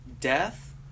death